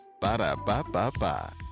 Ba-da-ba-ba-ba